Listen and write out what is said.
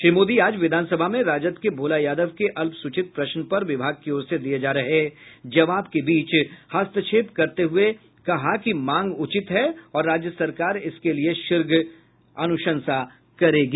श्री मोदी आज विधानसभा में राजद के भोला यादव के अल्पसूचित प्रश्न पर विभाग की ओर से दिये जा रहे जवाब के बीच हस्तक्षेप करते हुए कहा कि मांग उचित है और राज्य सरकार इसके लिए शीघ्र अनुशंसा करेगी